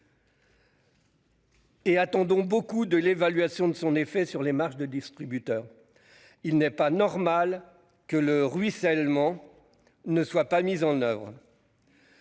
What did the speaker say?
attendons beaucoup de l'évaluation de ses effets sur les marques de distributeurs. Il n'est pas normal que le ruissellement ne soit pas effectif.